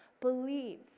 believe